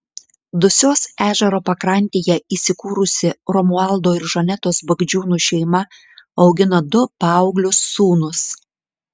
dusios ežero pakrantėje įsikūrusi romualdo ir žanetos bagdžiūnų šeima augina du paauglius sūnus